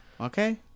Okay